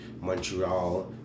Montreal